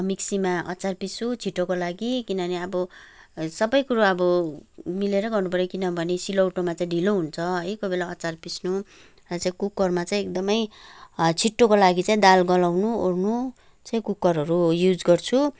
मिक्सीमा अचार पिस्छु छिटोको लागि किनभने अब सबैकुरो अब मिलेरै गर्नुपऱ्यो किनभने सिलौटोमा चाहिँ ढिलो हुन्छ है कोही बेला अचार पिस्नु र चाहिँ कुकरमा चाहिँ एकदमै छिट्टोको लागि चाहिँ दाल गलाउनुओर्नु चाहिँ कुकरहरू युज गर्छु